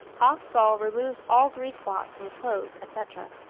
ox-gall removes all grease-spots from clothes, etc.